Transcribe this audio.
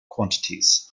quantities